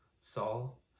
Saul